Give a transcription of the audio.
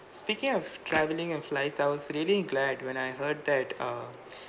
speaking of travelling and flights I was really glad when I heard that uh